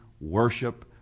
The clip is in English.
worship